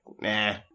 nah